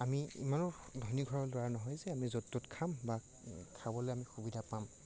আমি ইমানো ধনী ঘৰৰ ল'ৰা নহয় যে য'ত ত'ত খাম বা খাবলৈ আমি সুবিধা পাম